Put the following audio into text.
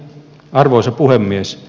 arvoisa puhemies